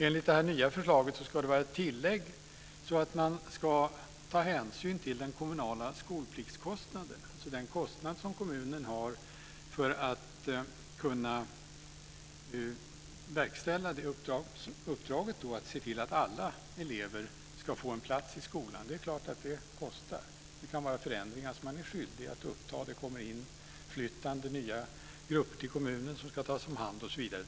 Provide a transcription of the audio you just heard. Enligt detta nya förslag ska det vara ett tillägg så att man ska ta hänsyn till den kommunala skolpliktskostnaden, alltså den kostnad som kommunen har för att kunna verkställa uppdraget att se till att alla elever ska få en plats i skolan. Det är klart att det kostar. Det kan vara förändringar som man är skyldig att ta hänsyn till. Det kanske flyttar in nya grupper till kommunen som ska tas om hand osv.